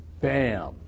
Bam